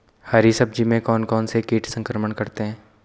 हरी सब्जी में कौन कौन से कीट संक्रमण करते हैं?